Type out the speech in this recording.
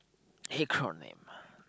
acronym